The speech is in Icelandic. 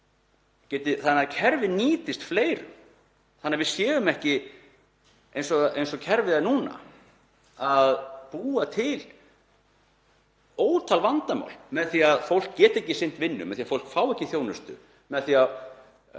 þannig að kerfið nýtist fleirum, þannig að við séum ekki, eins og kerfið er núna, að búa til ótal vandamál með því að fólk geti ekki sinnt vinnu, með því að fólk fái ekki þjónustu, með því að